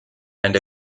and